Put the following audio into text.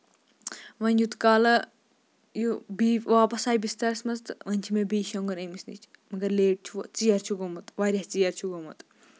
وۄںۍ یوٗت کالہٕ یہِ بیٚیہِ واپَس آیہِ بِستَرس منٛز تہٕ وۄنۍ چھُ مےٚ بیٚیہِ شۄنگُن أمِس نِش مَگر لیٹ چھُ ژیر چھُ گوٚمُت واریاہ ژیر چھُ گوٚمُت